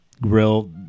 grill